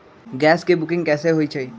Gas के booking कैसे होईछई?